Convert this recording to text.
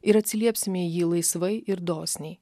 ir atsiliepsime į jį laisvai ir dosniai